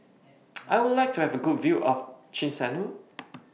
I Would like to Have A Good View of Chisinau